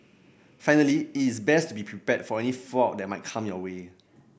finally it is best to be prepared for any fallout that might come your way